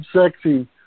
Sexy